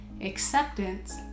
acceptance